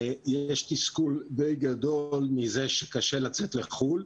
יש תסכול די גדול מזה שקשה לצאת לחו"ל.